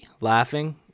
laughing